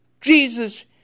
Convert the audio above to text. Jesus